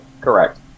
Correct